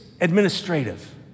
administrative